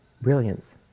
brilliance